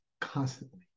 constantly